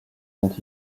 dont